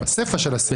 יש עתיד לא נתקבלה.